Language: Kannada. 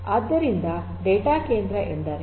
ಆದ್ದರಿಂದ ಡೇಟಾ ಕೇಂದ್ರ ಎಂದರೇನು